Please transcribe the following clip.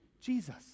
Jesus